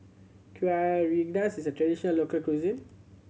Kuih Rengas is a traditional local cuisine